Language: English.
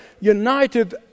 united